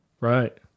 right